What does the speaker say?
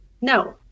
No